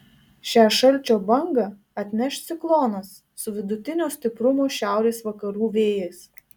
šią šalčio bangą atneš ciklonas su vidutinio stiprumo šiaurės vakarų vėjais